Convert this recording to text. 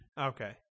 Okay